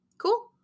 Cool